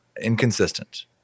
inconsistent